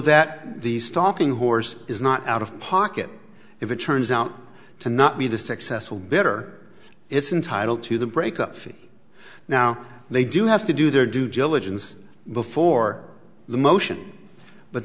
that the stalking horse is not out of pocket if it turns out to not be the successful better it's entitle to the break up fee now they do have to do their due diligence before the motion but